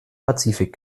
pazifik